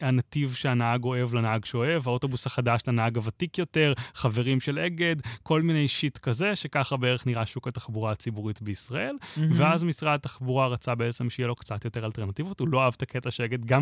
הנתיב שהנהג אוהב לנהג שאוהב, האוטובוס החדש לנהג הוותיק יותר, חברים של אגד, כל מיני שיט כזה, שככה בערך נראה שוק התחבורה הציבורית בישראל. ואז משרד תחבורה רצה בעצם שיהיה לו קצת יותר אלטרנטיבות, הוא לא אהב את הקטע שאגד גם